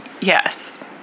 Yes